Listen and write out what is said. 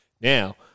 Now